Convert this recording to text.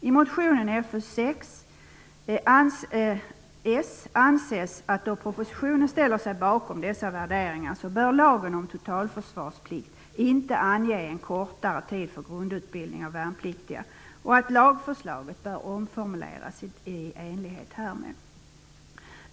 I motionen Fö4 anses att då propositionen ställer sig bakom dessa värderingar bör lagen om totalförsvarsplikt inte ange en kortare tid för grundutbildning av värnpliktiga och att lagförslaget bör omformuleras i enlighet härmed.